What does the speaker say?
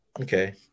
Okay